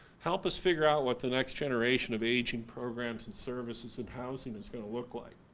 help us figure out what the next generation of aging programs and services and housing is going to look like.